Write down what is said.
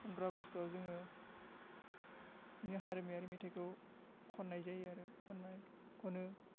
फन्द्र आगस्ट'आव जोङो जोंनि हारिमुयारि मेथाइखौ खननाय जायो आरो खननाय खनो